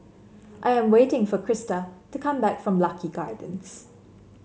I am waiting for Crysta to come back from Lucky Gardens